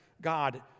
God